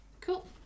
Cool